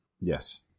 Yes